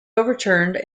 overturned